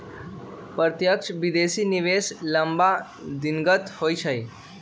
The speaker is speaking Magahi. प्रत्यक्ष विदेशी निवेश लम्मा दिनगत होइ छइ